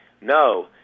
No